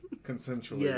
Consensually